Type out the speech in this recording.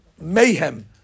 mayhem